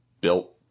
built